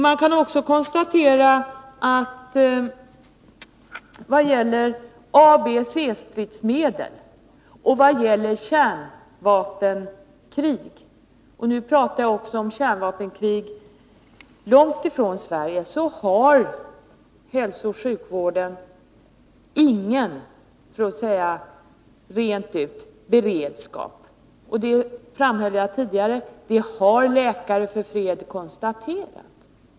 Man kan också vad gäller ABC-stridsmedel och kärnvapenkrig — nu talar jag också om kärnvapenkrig långt ifrån Sverige — konstatera att hälsooch sjukvården rent ut sagt inte har någon beredskap. Det har, som jag framhöll tidigare, läkare för fred konstaterat.